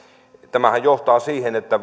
tämähän johtaa siihen että